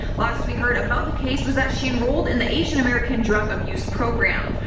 last we heard about the case was that she enrolled in the asian american drug abuse program.